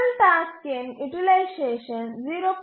முதல் டாஸ்க்கின் யூட்டிலைசேஷன் 0